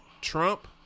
Trump